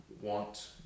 want